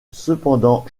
cependant